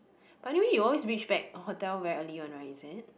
but anyway you always reach back hotel very early one right is it